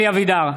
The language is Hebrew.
(קורא בשמות חברי הכנסת) אלי אבידר,